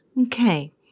okay